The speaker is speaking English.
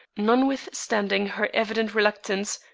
notwithstanding her evident reluctance,